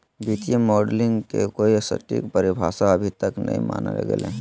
वित्तीय मॉडलिंग के कोई सटीक परिभाषा अभी तक नय मानल गेले हें